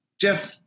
Jeff